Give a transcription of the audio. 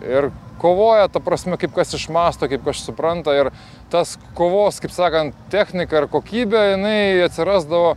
ir kovojo ta prasme kaip kas išmąsto kaip kaš suprantu ir tas kovos kaip sakan technika ir kokybė jinai atsirasdavo